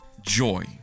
joy